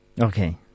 Okay